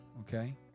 okay